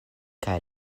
kaj